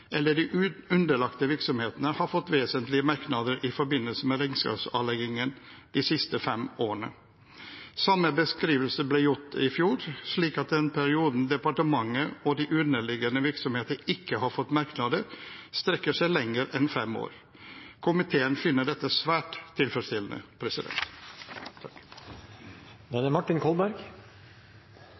eller de underlagte virksomhetene har fått vesentlige merknader» i forbindelse med regnskapsavleggingen de siste fem årene. Samme beskrivelse ble gjort i fjor, så den perioden departementet og de underliggende virksomheter ikke har fått merknader, strekker seg lenger enn fem år. Komiteen finner dette svært tilfredsstillende. Jeg sa i mitt første innlegg at Dokument 1 er